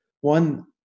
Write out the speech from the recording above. One